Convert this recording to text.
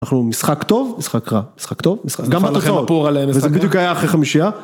אנחנו משחק טוב, משחק רע, משחק טוב, גם בתוצאות, וזה בדיוק היה אחרי חמישייה.